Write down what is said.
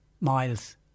miles